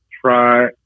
try